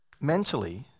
Mentally